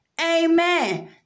Amen